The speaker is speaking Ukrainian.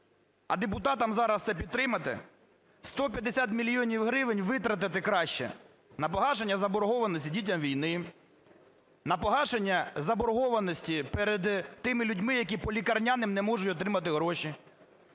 а депутатам зараз це підтримати, 150 мільйонів гривень витратити краще на погашення заборгованості дітям війни, на погашення заборгованості перед тими людьми, які по лікарняним не можуть отримати гроші,